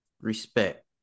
respect